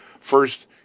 first